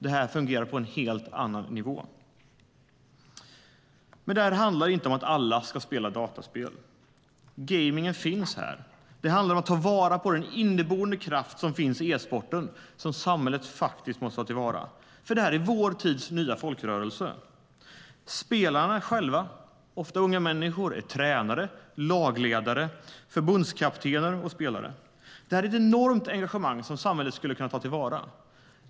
Det här fungerar på en helt annan nivå. Det här handlar inte om att alla ska spela datorspel. Gamingen finns här. Det handlar om att samhället måste ta vara på den inneboende kraften i e-sporten. Det är vår tids nya folkrörelse. Spelarna själva, ofta unga människor, är tränare, lagledare, förbundskaptener och spelare. Det är ett enormt engagemang som samhället skulle kunna ta till vara.